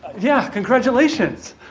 yeah. congratulations.